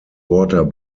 water